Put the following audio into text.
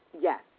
Yes